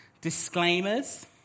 disclaimers